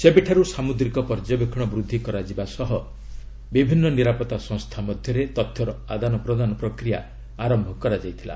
ସେବେଠାର୍ଚ ସାମ୍ରଦ୍ରିକ ପର୍ଯ୍ୟବେକ୍ଷଣ ବୃଦ୍ଧି କରାଯିବା ସହ ବିଭିନ୍ନ ନିରାପତ୍ତା ସଂସ୍ଥା ମଧ୍ୟରେ ତଥ୍ୟର ଆଦାନ ପ୍ରଦାନ ପ୍ରକ୍ରିୟା ଆରମ୍ଭ କରାଯାଇଥିଲା